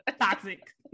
Toxic